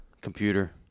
computer